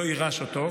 לא יירש אותו,